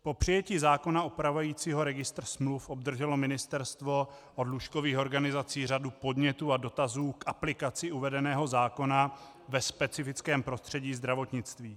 Po přijetí zákona upravujícího registr smluv obdrželo ministerstvo od lůžkových organizací řadu podnětů a dotazů k aplikaci uvedeného zákona ve specifickém prostředí zdravotnictví.